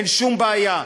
אין שום בעיה,